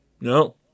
No